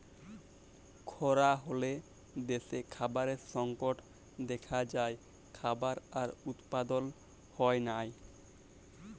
খরা হ্যলে দ্যাশে খাবারের সংকট দ্যাখা যায়, খাবার আর উৎপাদল হ্যয় লায়